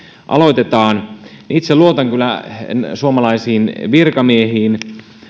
aloitetaan itse luotan kyllä suomalaisiin virkamiehiin